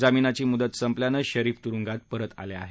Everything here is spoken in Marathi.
जामीनाची मुदत संपल्यानं शरीफ तुरुंगात परत आले आहेत